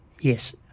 yes